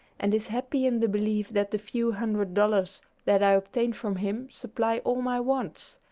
and is happy in the belief that the few hundred dollars that i obtain from him supply all my wants.